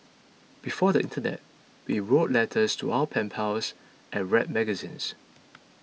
before the internet we wrote letters to our pen pals and read magazines